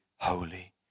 Holy